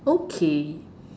okay